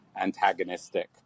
antagonistic